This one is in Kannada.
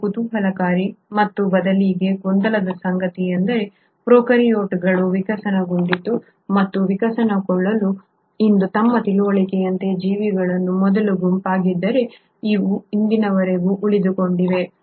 ಮತ್ತು ಕುತೂಹಲಕಾರಿ ಮತ್ತು ಬದಲಿಗೆ ಗೊಂದಲದ ಸಂಗತಿಯೆಂದರೆ ಪ್ರೊಕಾರ್ಯೋಟ್ಗಳು ವಿಕಸನಗೊಂಡಿವೆ ಮತ್ತು ವಿಕಸನಗೊಳ್ಳಲು ಇಂದು ನಮ್ಮ ತಿಳುವಳಿಕೆಯಂತೆ ಜೀವಿಗಳ ಮೊದಲ ಗುಂಪಾಗಿದ್ದರೂ ಅವು ಇಂದಿನವರೆಗೂ ಉಳಿದುಕೊಂಡಿವೆ